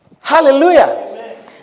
Hallelujah